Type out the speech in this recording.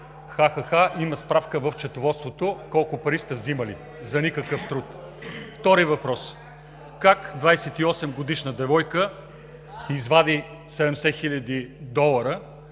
Ха-ха-ха – има справка в счетоводството колко пари сте взимали за никакъв труд. Втори въпрос: как 28-годишна девойка извади 70 хиляди долара,